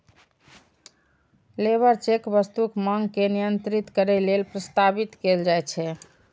labour check वस्तुक मांग के नियंत्रित करै लेल प्रस्तावित कैल जाइ छै